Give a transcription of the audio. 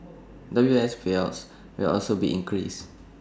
W I S payouts will also be increased